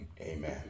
Amen